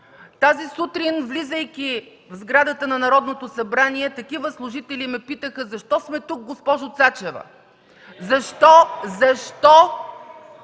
Тази сутрин, влизайки в сградата на Народното събрание, такива служители ме питаха: „Защо сме тук, госпожо Цачева?”. Защо? Защо